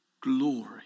glory